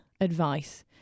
advice